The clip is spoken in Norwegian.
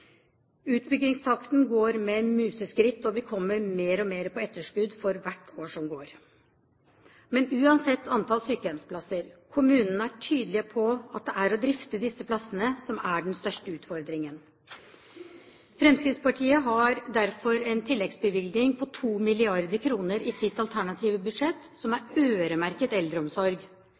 Utbyggingstakten går med museskritt, og vi kommer mer og mer på etterskudd for hvert år som går. Men uansett antall sykehjemsplasser: Kommunene er tydelige på at det er å drifte disse plassene som er den største utfordringen. Fremskrittspartiet har derfor en tilleggsbevilgning på 2 mrd. kr i sitt alternative budsjett som er øremerket eldreomsorg.